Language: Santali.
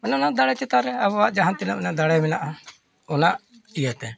ᱚᱱᱮ ᱟᱱᱟ ᱫᱟᱲᱮ ᱪᱮᱛᱟᱱ ᱨᱮ ᱟᱵᱚᱣᱟᱜ ᱡᱟᱦᱟᱸ ᱛᱤᱱᱟᱹᱜ ᱢᱟᱱᱮ ᱫᱟᱲᱮ ᱢᱮᱱᱟᱜᱼᱟ ᱚᱱᱟ ᱤᱭᱟᱹ ᱛᱮ